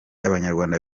abanyarwanda